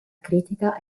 critica